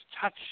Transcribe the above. touch